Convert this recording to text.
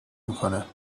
میکنه